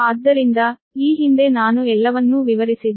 ಆದ್ದರಿಂದ ಈ ಹಿಂದೆ ನಾನು ಎಲ್ಲವನ್ನೂ ವಿವರಿಸಿದ್ದೇನೆ